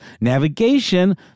navigation